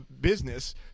business